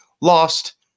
lost